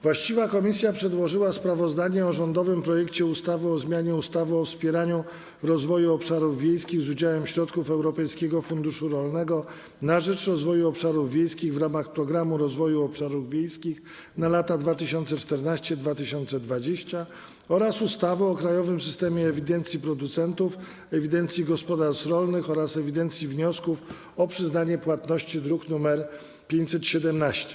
Właściwa komisja przedłożyła sprawozdanie o rządowym projekcie ustawy o zmianie ustawy o wspieraniu rozwoju obszarów wiejskich z udziałem środków Europejskiego Funduszu Rolnego na rzecz Rozwoju Obszarów Wiejskich w ramach Programu Rozwoju Obszarów Wiejskich na lata 2014–2020 oraz ustawy o krajowym systemie ewidencji producentów, ewidencji gospodarstw rolnych oraz ewidencji wniosków o przyznanie płatności, druk nr 517.